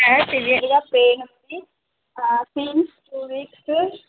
sir సివియర్గా pain ఉంది vaccine two weeks